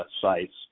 sites